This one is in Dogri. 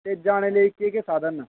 ते जाने लेई केह् केह् साधन न